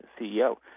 CEO